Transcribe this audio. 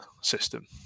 system